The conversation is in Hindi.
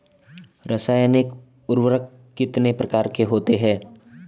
रासायनिक उर्वरक कितने प्रकार के होते हैं?